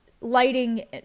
lighting